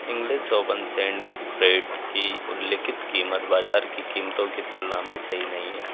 English oven sandwich bread की उल्लिखित कीमत बाज़ार की कीमतों की तुलना में सही नहीं है